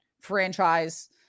franchise